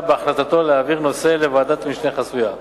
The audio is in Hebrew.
בהחלטתו להעביר נושא לוועדת משנה חסויה,